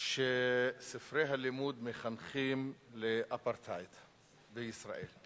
שספרי הלימוד מחנכים לאפרטהייד בישראל.